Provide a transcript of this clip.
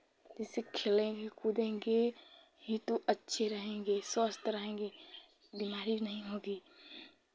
जैसे खेलेंगे कूदेंगे ही तो अच्छे रहेंगे स्वस्थ रहेंगे बिमारी नहीं होगी